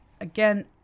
Again